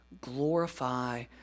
glorify